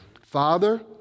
Father